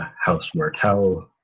house martell,